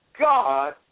God